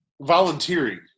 Volunteering